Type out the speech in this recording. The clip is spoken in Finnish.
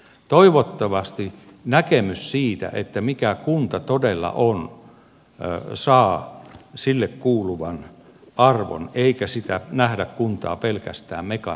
toivottavasti näkemys siitä mikä kunta todella on saa sille kuuluvan arvon eikä kuntaa nähdä pelkästään mekaanisena elimenä